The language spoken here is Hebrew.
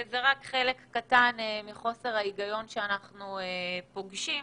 זה רק חלק קטן מחוסר ההיגיון שאנחנו פוגשים.